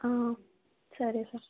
సరే సార్